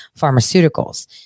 pharmaceuticals